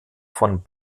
von